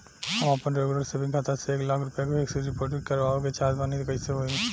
हम आपन regular saving खाता से एक लाख रुपया फिक्स डिपॉज़िट करवावे के चाहत बानी त कैसे होई?